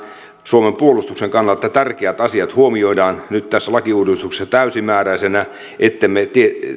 suomen puolustuksen kannalta tärkeät asiat huomioidaan nyt tässä lakiuudistuksessa täysimääräisinä ettemme